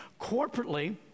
corporately